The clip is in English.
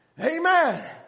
Amen